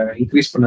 increase